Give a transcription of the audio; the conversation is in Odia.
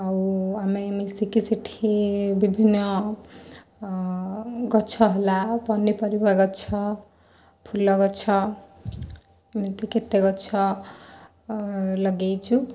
ଆଉ ଆମେ ମିଶିକି ସେଇଠି ବିଭିନ୍ନ ଗଛ ହେଲା ପନିପରିବା ଗଛ ଫୁଲ ଗଛ ଏମତି କେତେ ଗଛ ଲଗାଇଛୁ